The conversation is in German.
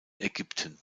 ägypten